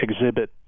exhibit